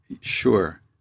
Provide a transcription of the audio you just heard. sure